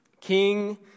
king